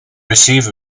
receive